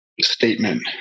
statement